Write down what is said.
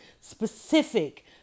specific